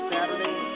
Saturday